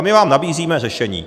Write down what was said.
My vám nabízíme řešení.